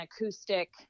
acoustic